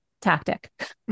tactic